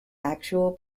actual